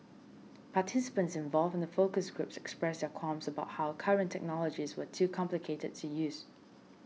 participants involved in the focus groups expressed their qualms about how current technologies were too complicated to use